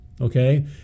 Okay